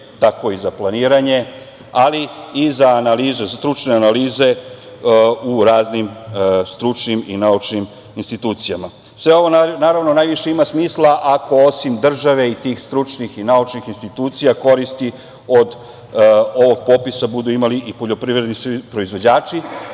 tako i za planiranje, ali i za stručne analize u raznim stručnim i naučnim institucijama. Sve ovo najviše ima smisla ako osim države i tih stručnih i naučnih institucija koristi od ovog popisa budu imali i poljoprivredni proizvođači,